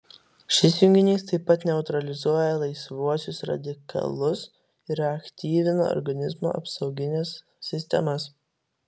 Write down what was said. šis junginys taip pat neutralizuoja laisvuosius radikalus ir aktyvina organizmo apsaugines sistemas